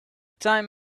time